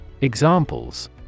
Examples